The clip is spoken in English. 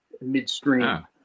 midstream